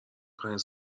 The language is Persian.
پنج